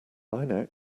line